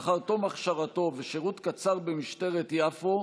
לאחר תום הכשרתו ושירות קצר במשטרת יפו,